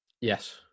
Yes